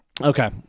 okay